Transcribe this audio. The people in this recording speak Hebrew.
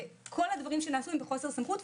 וכל הדברים שנעשו הם בחוסר סמכות.